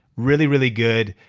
really, really good.